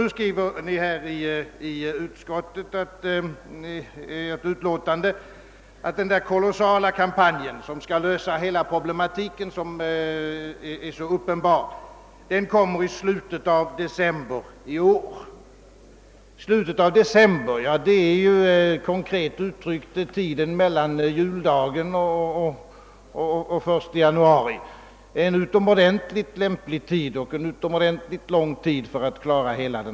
Nu meddelar utskottsmajoriteten, att den där kolossala kampanjen som skall lösa hela den problematik som är så uppenbar kommer i slutet av december i år, alltså konkret uttryckt mellan juldagen och nyårsdagen — en utomordentligt lämplig tidpunkt och en mycket lång tid för att klara den saken !